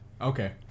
Okay